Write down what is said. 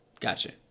gotcha